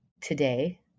today